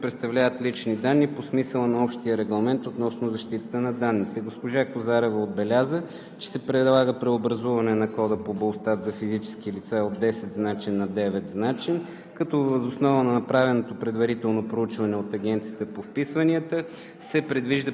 е 10-значен и съвпада с единния граждански номер (ЕГН), съответно с личния номер на чужденец (ЛНЧ), които представляват лични данни по смисъла на Общия регламент относно защитата на данните. Госпожа Козарева отбеляза, че се предлага преобразуване на кода по БУЛСТАТ за физическите лица от 10-значен на 9-значен,